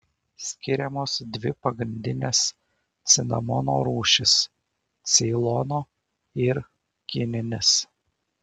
skiriamos dvi pagrindinės cinamono rūšys ceilono ir kininis